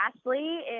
Ashley